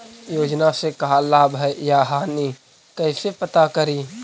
योजना से का लाभ है या हानि कैसे पता करी?